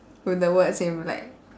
with the words in black